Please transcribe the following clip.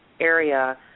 area